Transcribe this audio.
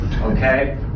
okay